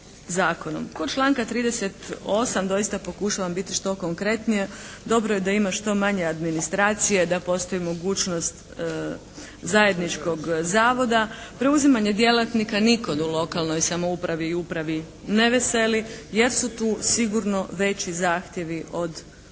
Kod članka 38. doista pokušavam biti što konkretnija. Dobro je da ima što manje administracije, da postoji mogućnost zajedničkog zavoda. Preuzimanje djelatnika nikog u lokalnoj samoupravi i upravi ne veseli jer su tu sigurno veći zahtjevi od plaća